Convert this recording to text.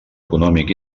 econòmic